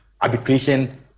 arbitration